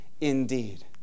indeed